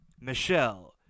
Michelle